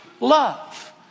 love